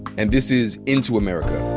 and this is into america,